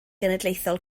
genedlaethol